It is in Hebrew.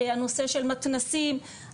הנושא של מתנ"סים,